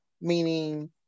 meaning